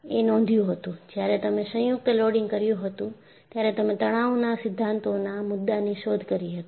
એ નોધ્યું હતું જ્યારે તમે સંયુક્ત લોડિંગ કર્યું હતું ત્યારે તમે તણાવના સિદ્ધાંતઓના મુદ્દાની શોધ કરી હતી